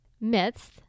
myths